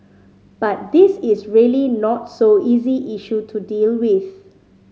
but this is really not so easy issue to deal with